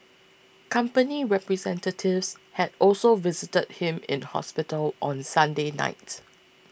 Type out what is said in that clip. company representatives had also visited him in hospital on Sunday night